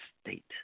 state